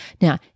Now